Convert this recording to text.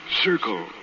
circle